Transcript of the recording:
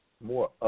more